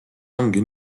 ongi